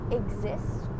exists